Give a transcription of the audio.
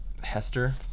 Hester